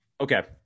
Okay